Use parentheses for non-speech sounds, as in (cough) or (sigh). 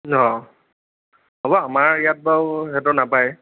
(unintelligible) অঁ হ'ব আমাৰ ইয়াত বাৰু সেইতো নাপায়